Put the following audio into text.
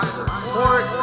Support